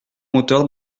moteur